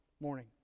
morning